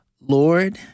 Lord